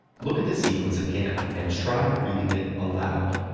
look at the sequence again and try reading it aloud.